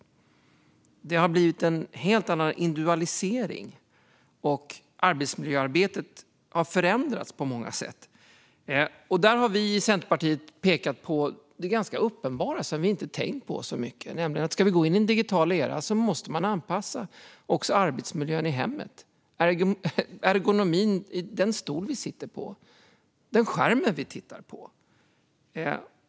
Det har blivit en helt annan individualisering. Arbetsmiljöarbetet har förändrats på många sätt. Centerpartiet har pekat på det ganska uppenbara, som man inte har tänkt på särskilt mycket; om vi ska gå in i en digital era måste också arbetsmiljön i hemmet anpassas. Det handlar om ergonomin med tanke på den stol vi sitter på och den skärm vi tittar på.